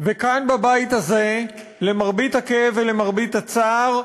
וכאן, בבית הזה, למרבה הכאב ולמרבה הצער,